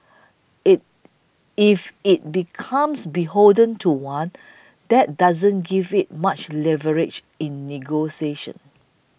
if it becomes beholden to one that doesn't give it much leverage in negotiations